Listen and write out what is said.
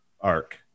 arc